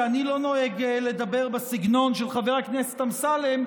כי אני לא נוהג לדבר בסגנון של חבר הכנסת אמסלם,